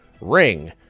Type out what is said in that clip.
Ring